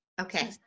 Okay